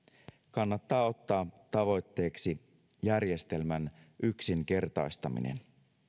kannattaa ottaa tavoitteeksi järjestelmän yksinkertaistaminen